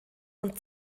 und